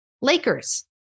Lakers